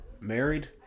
married